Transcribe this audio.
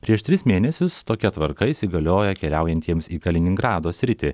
prieš tris mėnesius tokia tvarka įsigaliojo keliaujantiems į kaliningrado sritį